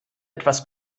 etwas